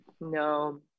No